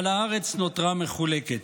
אבל הארץ נותרה מחולקת,